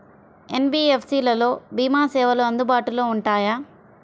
NBFC లలో భీమా సేవలు అందుబాటులో ఉంటాయా?